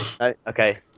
Okay